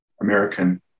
American